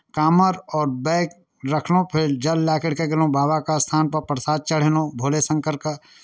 काँमड़ आओर बैग रखलहुँ फेर जल लए करि कऽ गेलहुँ बाबाके स्थानपर प्रसाद चढ़ेलहुँ भोले शङ्करके